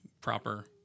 proper